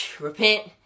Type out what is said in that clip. repent